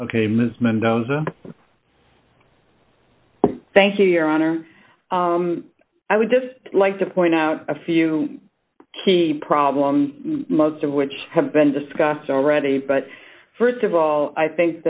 ok ms mendoza thank you your honor i would just like to point out a few key problems most of which have been discussed already but st of all i think